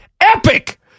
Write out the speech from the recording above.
Epic